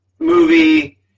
Movie